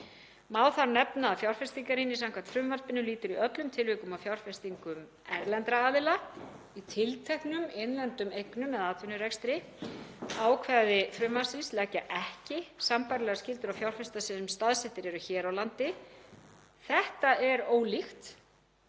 Má þar nefna að fjárfestingarýni samkvæmt frumvarpinu lýtur í öllum tilvikum að fjárfestingu erlendra aðila í tilteknum innlendum eignum eða atvinnurekstri. Ákvæði frumvarpsins leggja ekki sambærilegar skyldur á fjárfesta sem staðsettir eru hér á landi. Þetta er ólíkt